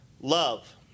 love